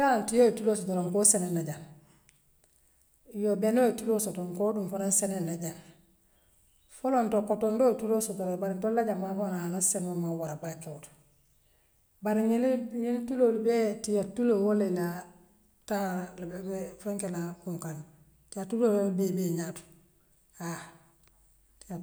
Ha tiyoo ye tuloo sotole nka woo seenaŋ na jaŋ yoo benoo ye tuloo sotole nka woo tum fanaŋ seenaŋ na jaŋ folonto koton dool ye tuloo sotole bare ntool la jaŋ maa alla seenoo man wara ko aye kee woo to bare ňiŋ ňiŋ tulool bee tiya tuloo woole ndaa taa ibeel bee feŋkeela kuŋkandi tiya tuloo wole be ibeel bee ňaato ha.